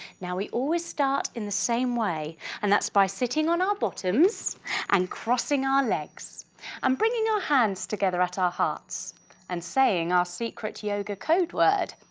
now we always start in the same way and that's by sitting on our bottoms and crossing our legs and um bringing our hands together at our hearts and saying our secret yoga code word,